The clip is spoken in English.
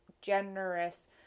generous